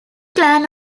klan